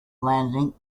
landing